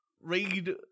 read